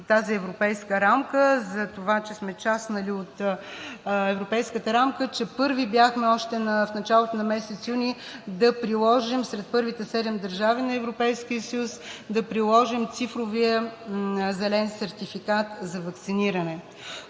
тази европейска рамка, за това, че сме част от Европейската рамка, че бяхме първи, още в началото на месец юни, сред първите седем държави на Европейския съюз – да приложим цифровия зелен сертификат за ваксиниране.